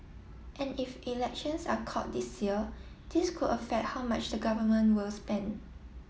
and if elections are called this year this could affect how much the government will spend